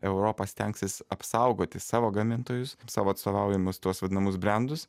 europa stengsis apsaugoti savo gamintojus savo atstovaujamus tuos vadinamus brendus